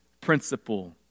principle